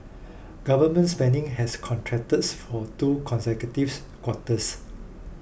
government spending has contracted for two consecutives quarters